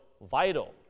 vital